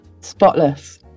spotless